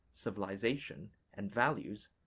civilization and values,